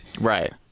Right